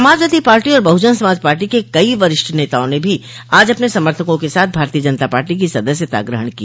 Samajwadi party और Bahujan Samaj party के कई वरिष्ठ नेताओं ने भी आज अपने समर्थकों के साथ भारतीय जनता पार्टी की सदस्यता ग्रहण की